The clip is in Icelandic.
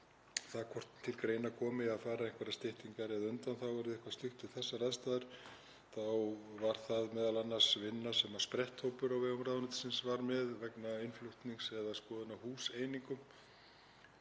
það hvort til greina komi að fara í einhverjar styttingar eða undanþágur eða eitthvað slíkt við þessar aðstæður þá var það m.a. vinna sem spretthópur á vegum ráðuneytisins var með vegna innflutnings eða skoðunar á húseiningum,